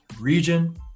region